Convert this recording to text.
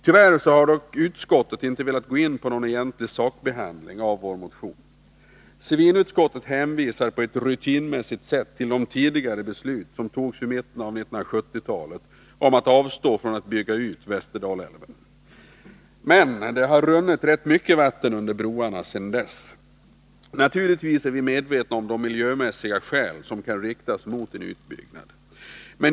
Tyvärr har dock utskottet inte velat gå in på någon egentlig sakbehandling av vår motion. Civilutskottet hänvisar på ett rutinmässigt sätt till de tidigare beslut som fattades i mitten av 1970-talet om att avstå från att bygga ut Västerdalälven. Men det har runnit rätt mycket vatten under broarna sedan dess. Naturligtvis är vi medvetna om de miljömässiga skäl som kan riktas mot en utbyggnad.